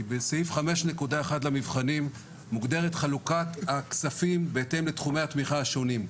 בסעיף 5.1 למבחנים מוגדרת חלוקת הכספים בהתאם לתחומי התמיכה השונים.